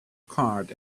card